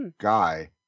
guy